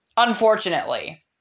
unfortunately